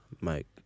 Mike